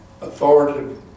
Authoritative